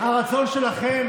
הרצון שלכם